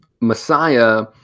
Messiah